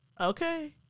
okay